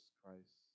Christ